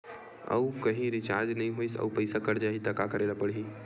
आऊ कहीं रिचार्ज नई होइस आऊ पईसा कत जहीं का करेला पढाही?